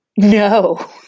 No